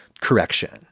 correction